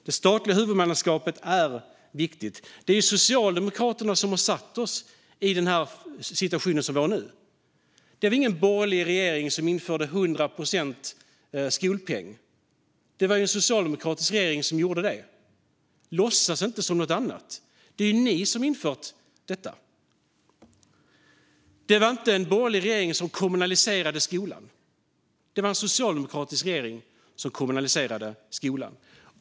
Det statliga huvudmannaskapet är viktigt. Det är ju Socialdemokraterna som har satt oss i den situation vi är nu. Det var ingen borgerlig regering som införde 100 procent skolpeng. Det var en socialdemokratisk regering som gjorde det. Låtsas inte som något annat! Det är ni som har infört detta. Det var inte en borgerlig regering som kommunaliserade skolan. Det var en socialdemokratisk regering som gjorde det.